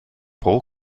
pro